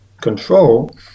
control